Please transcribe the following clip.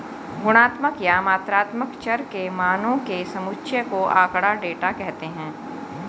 गुणात्मक या मात्रात्मक चर के मानों के समुच्चय को आँकड़ा, डेटा कहते हैं